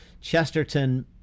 Chesterton